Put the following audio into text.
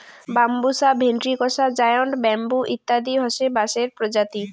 Bambusa ventricosa, giant bamboo ইত্যাদি হসে বাঁশের প্রজাতি